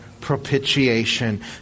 propitiation